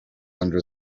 under